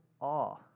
awe